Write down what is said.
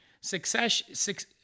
success